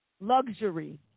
Luxury